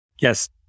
Yes